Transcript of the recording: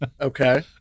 Okay